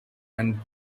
and